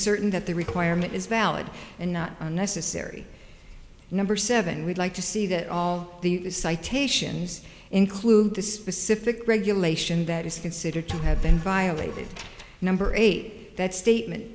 certain that the requirement is valid and not necessary number seven we'd like to see that all the citations include the specific regulation that is considered to have been violated number eight that statement